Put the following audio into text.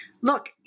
look